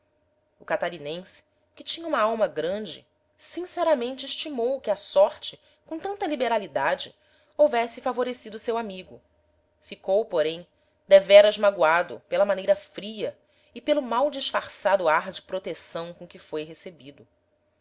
o catarinense que tinha uma alma grande sinceramente estimou que a sorte com tanta liberalidade houvesse favorecido o seu amigo ficou porém deveras magoado pela maneira fria e pelo mal disfarçado ar de proteção com que foi recebido